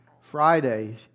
Friday